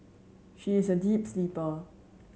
she is a deep sleeper